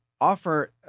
offer